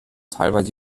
teilweise